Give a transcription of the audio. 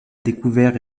découverte